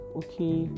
okay